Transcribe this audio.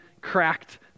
cracked